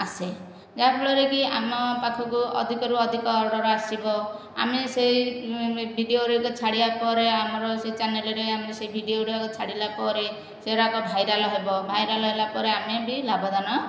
ଆସେ ଯାହା ଫଳରେ କି ଆମ ପାଖକୁ ଅଧିକରୁ ଅଧିକ ଅର୍ଡ଼ର ଆସିବ ଆମେ ସେ ଭିଡ଼ିଓରେ ଛାଡ଼ିବା ପରେ ଆମର ସେ ଚାନେଲରେ ଆମର ସେ ଭିଡ଼ିଓ ଗୁରାକ ଛାଡ଼ିଲା ପରେ ସେରାକ ଭାଇରାଲ ହେବ ଭାଇରାଲ ହେଲାପରେ ଆମେ ବି ଲାଭବାନ